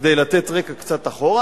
כדי לתת רקע קצת אחורה,